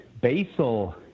basal